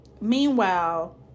Meanwhile